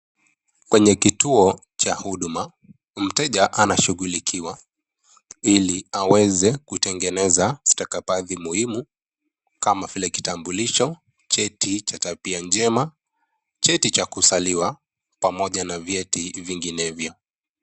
Kwenye kituo Cha huduma ,mteja anashughulikiwa ili aweze kutengeneza stakabadhi muhimu kama vile kitambulisho, cheti Cha tabia njema, cheti Cha kuzaliwa pamoja na vyeti nyinginezo